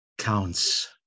counts